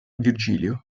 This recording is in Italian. virgilio